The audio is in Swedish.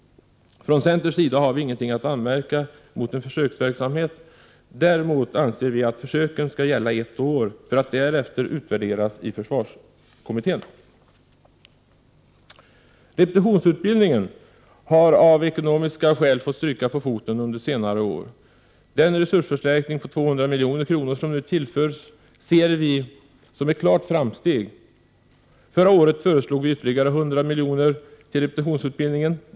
Från centerns sida har vi ingenting att anmärka mot en försöksverksamhet. Däremot anser vi att försöken skall pågå ett år, för att därefter utvärderas i försvarskommittén. Repetitionsutbildningen har av ekonomiska skäl fått stryka på foten under senare år. Den resursförstärkning på 200 milj.kr. som nu tillförs ser vi som ett klart framsteg. Förra året föreslog vi ytterligare 100 miljoner till repetitionsutbildningen.